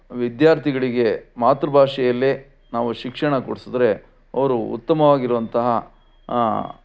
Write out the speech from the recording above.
ವಿದ್ಯಾರ್ಥಿಗಳಿಗೆ ಮಾತೃ ಭಾಷೆಯಲ್ಲೇ ನಾವು ಶಿಕ್ಷಣ ಕೊಡ್ಸಿದ್ರೆ ಅವರು ಉತ್ತಮವಾಗಿರುವಂತಹ